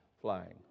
flying